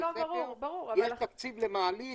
--- תקציב למעלית,